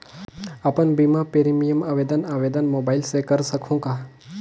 अपन बीमा प्रीमियम आवेदन आवेदन मोबाइल से कर सकहुं का?